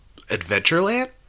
Adventureland